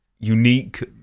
unique